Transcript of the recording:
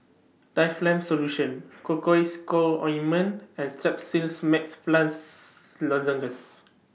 Difflam Solution Cocois Co Ointment and Strepsils Max Plus Lozenges